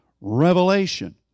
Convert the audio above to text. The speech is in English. revelation